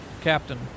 Captain